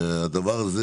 והדבר הזה,